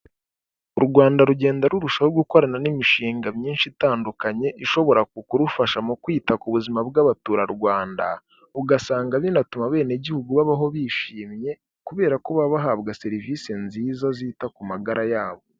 U Rwanda rugenda rurushaho gukorana n'imishinga myinshi itandukanye, ishobora kurufasha mu kwita ku buzima bw'abatura Rwanda, ugasanga binatuma abenegihugu babaho bishimye, kubera ko baba bahabwa serivise nziza zita ku magara yabo.